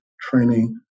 training